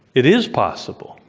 it is possible.